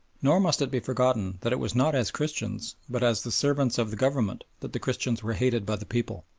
nor must it be forgotten that it was not as christians, but as the servants of the government, that the christians were hated by the people.